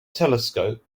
telescope